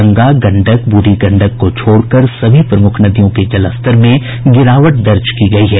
गंगा गंडक बूढ़ी गंडक को छोड़कर सभी प्रमुख नदियों के जलस्तर में गिरावट दर्ज की गयी है